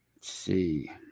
see